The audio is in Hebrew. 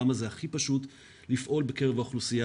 למה זה הכי פשוט לפעול בקרב האוכלוסייה